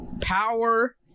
power